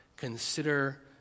consider